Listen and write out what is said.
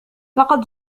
لقد